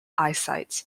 eyesight